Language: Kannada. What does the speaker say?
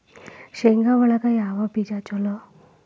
ಶೇಂಗಾ ಒಳಗ ಯಾವ ಬೇಜ ಛಲೋ?